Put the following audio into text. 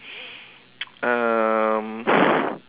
um